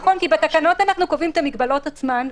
נכון, כי בתקנות אנחנו קובעים את המגבלות עצמן.